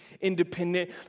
independent